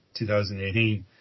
2018